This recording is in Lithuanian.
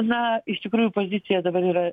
na iš tikrųjų pozicija dabar yra